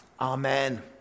Amen